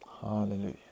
Hallelujah